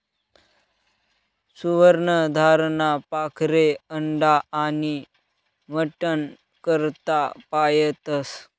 सुवर्ण धाराना पाखरे अंडा आनी मटन करता पायतस